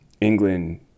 england